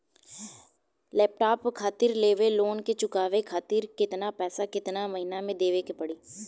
Laptop खातिर लेवल loan के चुकावे खातिर केतना पैसा केतना महिना मे देवे के पड़ी?